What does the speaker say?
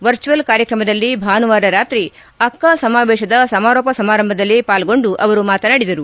virtual ಕಾರ್ಯಕ್ರಮದಲ್ಲಿ ಭಾನುವಾರ ರಾತ್ರಿ ಅಕ್ಕಾ ಸಮಾವೇಶದ ಸಮಾರೋಪ ಸಮಾರಂಭದಲ್ಲಿ ಪಾಲ್ಗೊಂಡು ಮಾತನಾಡಿದರು